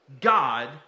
God